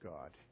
God